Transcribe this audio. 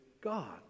God